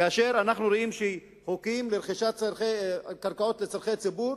כאשר אנחנו רואים שחוקים לרכישת קרקעות לצורכי ציבור